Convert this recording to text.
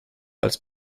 als